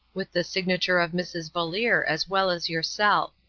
with the signature of mrs. valeer, as well as yourself.